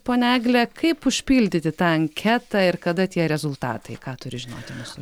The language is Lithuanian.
ponia egle kaip užpildyti tą anketą ir kada tie rezultatai ką turi žinoti mūsų